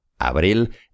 Abril